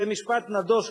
זה משפט קצת נדוש,